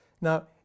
Now